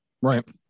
Right